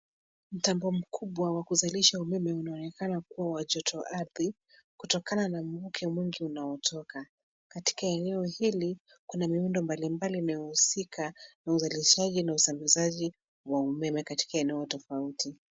Umeme mkubwa wa kuzalisha umeme unaoonekana kuwa wa joto ardhi kutokana na mvuke mwingi unaotoka. Katika eneo hili kuna miundo mbalimbali inayohusika na uzalishaji na usambazaji wa umeme katika eneo tofauti.